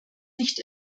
nicht